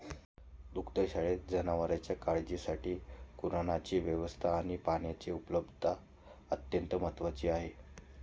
दुग्धशाळेतील जनावरांच्या काळजीसाठी कुरणाची व्यवस्था आणि पाण्याची उपलब्धता अत्यंत महत्त्वाची आहे